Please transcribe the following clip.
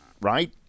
right